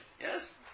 Yes